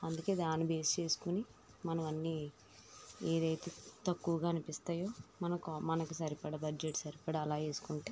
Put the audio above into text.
అందుకే దాన్ని బేస్ చేసుకుని మనం అన్నీ ఏదైతే తక్కువుగా అనిపిస్తాయో మనకు కా మనకు సరిపడ బడ్జెట్ సరిపడా అలా ఏసుకుంటే